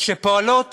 שפועלות